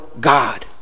God